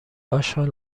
اشغال